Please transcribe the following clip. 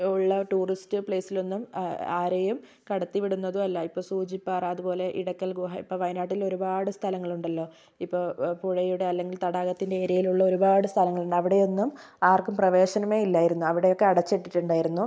ഉള്ള ടൂറിസ്റ്റ് പ്ലെയിസിലൊന്നും ആരെയും കടത്തി വിടുന്നതുമല്ല ഇപ്പോൾ സൂചിപ്പാറ അതുപോലെ ഇടക്കൽ ഗുഹ ഇപ്പം വയനാട്ടിൽ ഒരുപാട് സ്ഥലങ്ങലുണ്ടല്ലോ ഇപ്പോൾ പുഴയുടെ അല്ലെങ്കിൽ തടാകത്തിൻ്റെ ഏരിയയിലുള്ള ഒരുപാട് സ്ഥലങ്ങളുണ്ട് അവിടെയൊന്നും ആർക്കും പ്രവേശനമേയില്ലായിരുന്നു അവിടെയൊക്കെ അടച്ചിട്ടുണ്ടായിരുന്നു